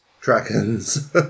dragons